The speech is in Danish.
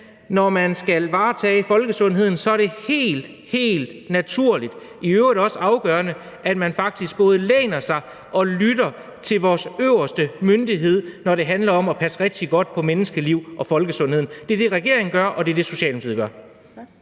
og skal varetage folkesundheden, er det helt, helt naturligt og i øvrigt også afgørende, at man faktisk både læner sig op ad og lytter til vores øverste myndighed, når det handler om at passe rigtig godt på menneskeliv og på folkesundheden. Det er det, regeringen gør, og det er det, Socialdemokratiet gør.